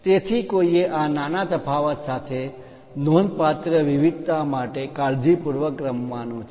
તેથી કોઈએ આ નાના તફાવત સાથે નોંધપાત્ર વિવિધતા માટે કાળજીપૂર્વક રમવાનું છે